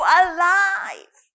alive